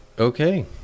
Okay